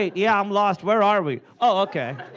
yeah, i'm lost. where are we? oh, ok.